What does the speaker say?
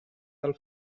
del